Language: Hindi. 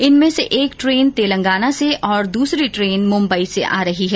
इनमें से एक ट्रेन तेलंगाना से और दूसरी ट्रेन मुम्बई से आ रही है